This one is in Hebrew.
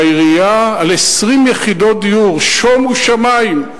בעירייה, על 20 יחידות דיור, שומו שמים.